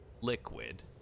liquid